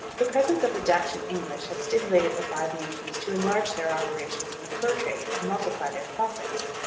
the presence of the dutch and english had stimulated the five nations to enlarge their operations in the fur trade and multiply their profits.